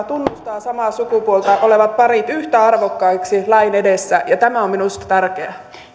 tunnustaa samaa sukupuolta olevat parit yhtä arvokkaiksi lain edessä ja tämä on minusta tärkeää